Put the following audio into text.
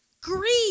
Greed